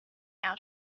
out